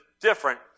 different